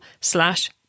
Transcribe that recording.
slash